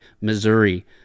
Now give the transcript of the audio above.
Missouri